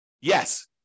Yes